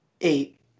eight